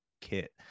kit